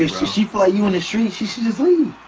ah she she play you in the street she should just leave.